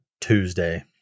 Tuesday